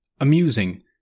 Amusing